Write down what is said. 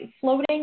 Floating